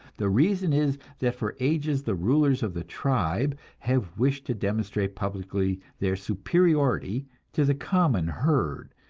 the reason is that for ages the rulers of the tribe have wished to demonstrate publicly their superiority to the common herd,